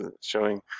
showing